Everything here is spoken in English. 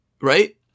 right